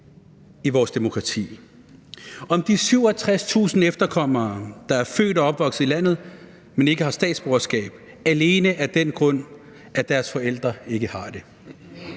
i vores demokrati, og om de 67.000 efterkommere, der er født og opvokset i landet, men ikke har statsborgerskab alene af den grund, at deres forældre ikke har det.